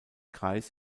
kreis